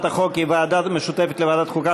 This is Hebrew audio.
החוק היא הוועדה המשותפת לוועדת החוקה,